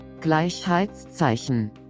Gleichheitszeichen